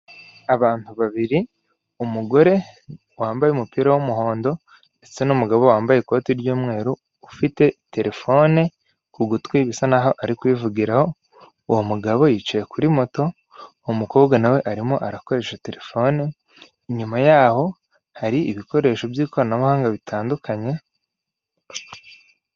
Abantu babiri, umugore wambaye umupira w'umuhondo ndetse n'umugabo wambaye ikoti ry'umweru ufite terefone ku gutwi bisa n'aho ari kuyivugiraho, uwo mugabo yicaye kuri moto, uwo mukobwa na we arimo arakoresha terefone, inyuma yaho hari ibikoresho by'ikoranabuhanga bitandukanye